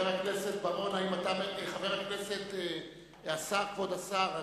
כבוד השר,